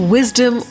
Wisdom